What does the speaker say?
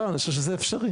אני חושב שזה אפשרי.